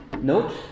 Note